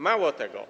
Mało tego.